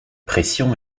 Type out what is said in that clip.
pression